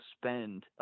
spend